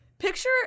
Picture